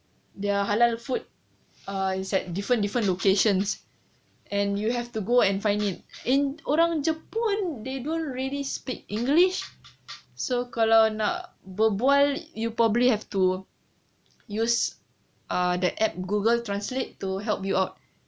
their are halal food ah is different different locations and you have to go and find it in orang jepun they don't really speak english so kalau nak berbual you probably have to use ah the app google translate to help you out